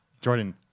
Jordan